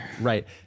right